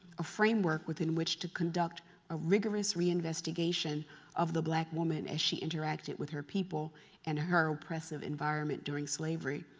a framework within which to conduct a rigorous reinvestigation of the black woman as she interacted with her people and her oppressive environment during slavery.